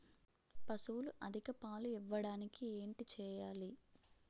పశువులు అధిక పాలు ఇవ్వడానికి ఏంటి చేయాలి